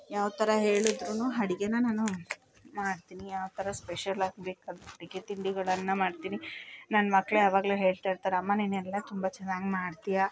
ಯಾವ ಥರ ಹೇಳೀದ್ರೂ ಅಡುಗೇನ ನಾನು ಮಾಡ್ತೀನಿ ಯಾವ ಥರ ಸ್ಪೆಷಲ್ಲಾಗಿ ಬೇಕಾದರೂ ಅಡುಗೆ ತಿಂಡಿಗಳನ್ನು ಮಾಡ್ತೀನಿ ನನ್ನ ಮಕ್ಕಳೇ ಯಾವಾಗಲೂ ಹೇಳ್ತಾಯಿರ್ತಾರೆ ಅಮ್ಮ ನೀನು ಎಲ್ಲ ತುಂಬ ಚೆನ್ನಾಗಿ ಮಾಡ್ತೀಯ